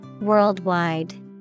Worldwide